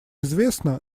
известна